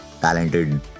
talented